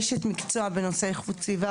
אשת מקצוע בנושא איכות סביבה,